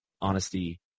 honesty